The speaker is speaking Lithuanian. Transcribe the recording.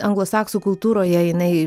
anglosaksų kultūroje jinai